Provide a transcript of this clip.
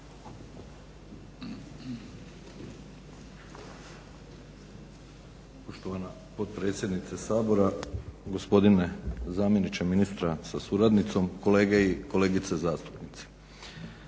Poštovana potpredsjednice Sabora, gospodine zamjeniče ministra sa suradnicom, kolegice i kolege zastupnici.